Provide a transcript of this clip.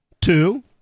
Two